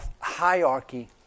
hierarchy